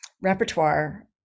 repertoire